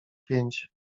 pięć